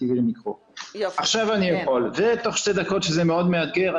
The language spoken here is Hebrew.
זה מאוד מאתגר.